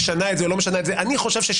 מה יפגוש אותנו אחרי זה?